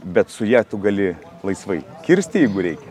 bet su ja tu gali laisvai kirsti jeigu reikia